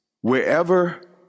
wherever